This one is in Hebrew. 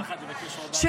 כל אחד יבקש הודעה אישית.